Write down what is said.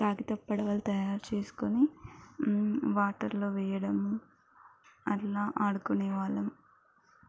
కాగితపు పడవలు తయారుచేసుకుని వాటర్లో వేయడం అట్లా ఆడుకునే వాళ్ళం